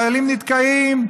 חיילים נתקעים.